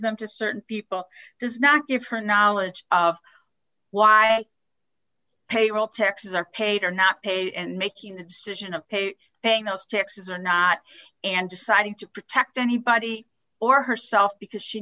them to certain people does not give her knowledge of why payroll taxes are paid or not paid and making the decision of paid paying those taxes or not and deciding to protect anybody or herself because she